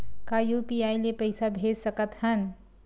का यू.पी.आई ले पईसा भेज सकत हन?